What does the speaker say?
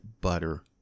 butter